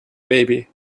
baby